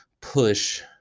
push